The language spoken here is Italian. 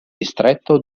distretto